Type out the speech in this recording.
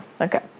Okay